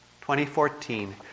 2014